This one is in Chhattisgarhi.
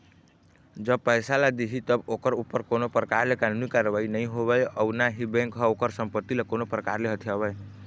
जब पइसा ल दिही तब ओखर ऊपर कोनो परकार ले कानूनी कारवाही नई होवय अउ ना ही बेंक ह ओखर संपत्ति ल कोनो परकार ले हथियावय